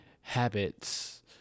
habits